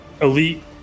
elite